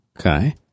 Okay